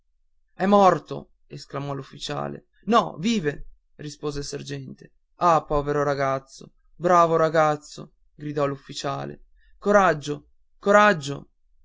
è morto esclamò l'ufficiale no vive rispose il sergente ah povero ragazzo bravo ragazzo gridò l'ufficiale coraggio coraggio